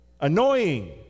Annoying